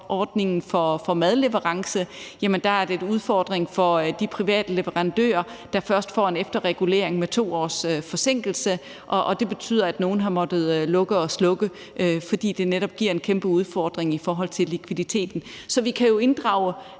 for madleverance er en udfordring for de private leverandører, der først får en efterregulering med 2 års forsinkelse. Det betyder, at nogle har måttet lukke og slukke, netop fordi det giver en kæmpe udfordring i forhold til likviditeten. Så vi kan jo inddrage